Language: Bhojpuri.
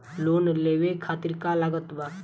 लोन लेवे खातिर का का लागत ब?